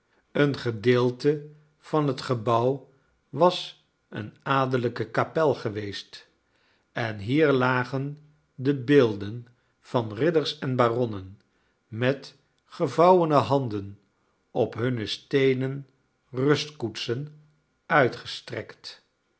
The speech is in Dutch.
een gedeelte van het gebouw was eene adellijke kapel geweest en hier lagen de beelden van ridders en baronnen met gevouwene handen op hunne steenen rustkoetsen uitgestrekt